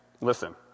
listen